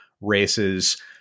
races